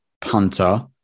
punter